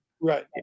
Right